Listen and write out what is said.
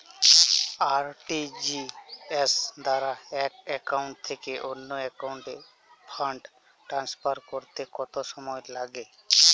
RTGS দ্বারা এক account থেকে অন্য একাউন্টে ফান্ড ট্রান্সফার করতে কত সময় লাগে?